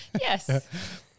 Yes